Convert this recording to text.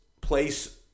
place